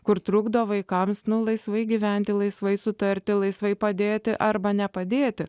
kur trukdo vaikams laisvai gyventi laisvai sutarti laisvai padėti arba nepadėti